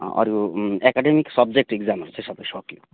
अरू academic subject इक्जामहरू चाहिँ सबै सकियो